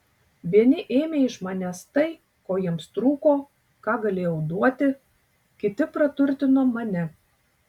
vieni ėmė iš manęs tai ko jiems trūko ką galėjau duoti kiti praturtino mane